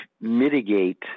mitigate